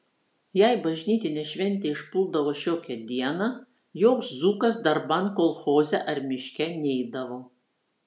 jei bažnytinė šventė išpuldavo šiokią dieną joks dzūkas darban kolchoze ar miške neidavo